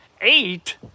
Eight